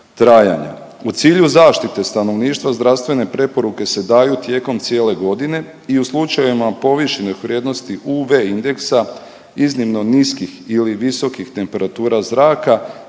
U cilju zaštite stanovništva, zdravstvene preporuke se daju tijekom cijele godine i u slučajevima povišenih vrijednosti UV indeksa, iznimno niskih ili visokih temperatura zraka,